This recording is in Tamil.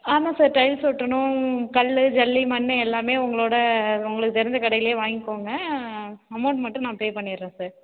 ஆமாம் சார் டைல்ஸ் ஒட்டணும் கல் ஜல்லி மண் எல்லாமே உங்களோட உங்களுக்கு தெரிஞ்ச கடையிலையே வாங்கிக்கோங்க அமௌண்ட் மட்டும் நான் பே பண்ணிவிடுறேன் சார்